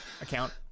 account